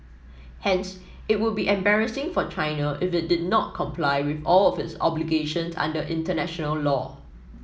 hence it would be embarrassing for China if it did not comply with all of its obligations under international law